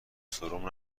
سرم